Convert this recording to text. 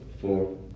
four